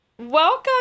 welcome